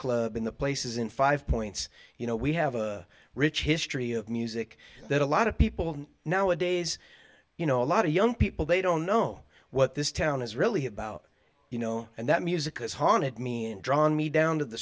club in the places in five points you know we have a rich history of music that a lot of people nowadays you know a lot of young people they don't know what this town is really about you know and that music has haunted me and drawn me down to the